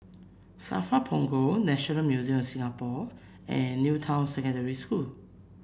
Safra Punggol National Museum of Singapore and New Town Secondary School